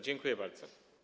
Dziękuję bardzo.